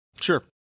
Sure